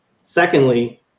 Secondly